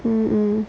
mmhmm